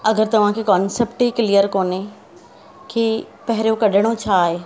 अगरि तव्हांखे कॉन्सेप्ट ई क्लियर कोन्हे की पहिरियों कढिणो छाहे